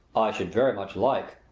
should very much like,